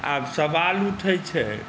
आब सवाल उठैत छै